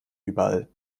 überall